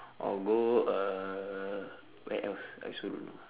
or go uh where else I also don't know